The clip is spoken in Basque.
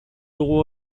dugu